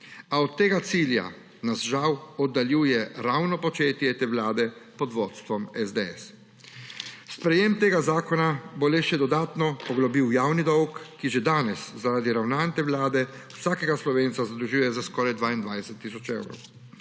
A od tega cilja nas, žal, oddaljuje ravno početje te vlade pod vodstvom SDS. Sprejetje tega zakona bo le še dodatno poglobilo javni dolg, ki že danes zaradi ravnanj te vlade vsakega Slovenca zadolžuje za skoraj 22 tisoč evrov.